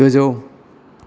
गोजौ